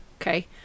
Okay